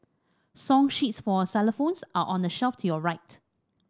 song sheets for xylophones are on the shelf your right